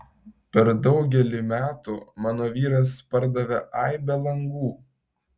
per daugelį metų mano vyras pardavė aibę langų